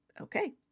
okay